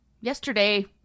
yesterday